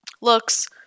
looks